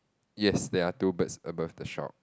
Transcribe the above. yes there are two birds above the shop